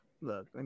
Look